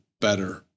better